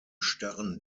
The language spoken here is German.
starren